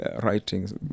writings